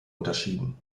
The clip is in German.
unterschieden